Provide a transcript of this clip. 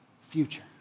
future